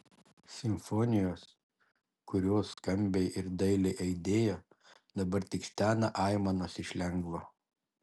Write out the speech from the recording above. simfonijos kurios skambiai ir dailiai aidėjo dabar tik stena aimanos iš lengvo